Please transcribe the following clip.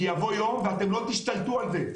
כי יבוא יום ואתם לא תשתלטו על זה.